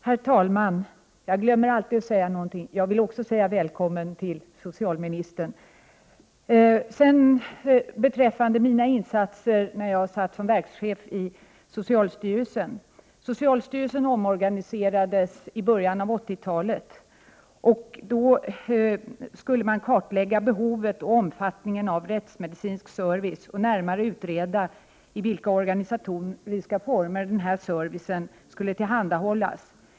Herr talman! Det är alltid något som jag glömmer bort att säga. Också jag vill hälsa socialministern välkommen. Beträffande mina insatser som verkschef i socialstyrelsen vill jag säga att socialstyrelsen omorganiserades i början av 80-talet. Då skulle behovet och omfattningen av rättsmedicinsk service kartläggas, och det skulle närmare utredas i vilka organisatoriska former denna service skulle tillhandahållas.